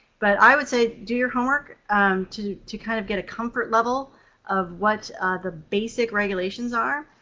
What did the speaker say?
but i would say do your homework to to kind of get a comfort level of what the basic regulations are,